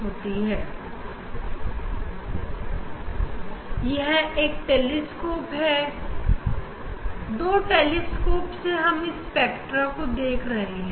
अब यह टेलीस्कोप ठीक है जिस से हम स्पेक्ट्रा देख रहे हैं